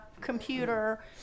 computer